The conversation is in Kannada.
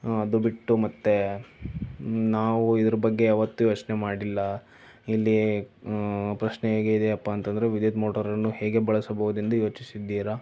ಅದು ಬಿಟ್ಟು ಮತ್ತು ನಾವು ಇದರ ಬಗ್ಗೆ ಯಾವತ್ತೂ ಯೋಚನೆ ಮಾಡಿಲ್ಲ ಇಲ್ಲಿ ಪ್ರಶ್ನೆ ಹೇಗೆ ಇದೆಯಪ್ಪ ಅಂತಂದರೆ ವಿದ್ಯುತ್ ಮೋಟಾರನ್ನು ಹೇಗೆ ಬಳಸಬಹುದೆಂದು ಯೋಚಿಸಿದ್ದೀರಾ